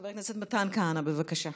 חבר הכנסת מתן כהנא, בבקשה.